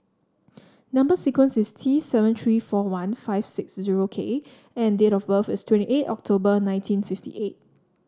number sequence is T seven three four one five six zero K and date of birth is twenty eight October nineteen fifty eight